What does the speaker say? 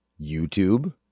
YouTube